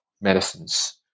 medicines